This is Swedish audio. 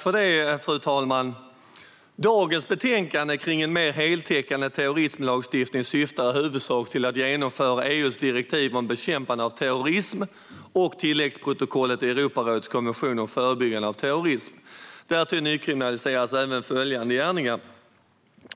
Fru talman! Dagens betänkande om en mer heltäckande terrorismlagstiftning syftar i huvudsak till att genomföra EU:s direktiv om bekämpande av terrorism och tilläggsprotokollet i Europarådets konvention om förebyggande av terrorism. Därtill nykriminaliseras även följande gärningar: